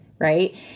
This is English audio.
right